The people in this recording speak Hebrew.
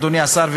אדוני השר,